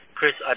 Chris